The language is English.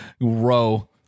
row